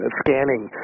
scanning